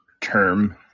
term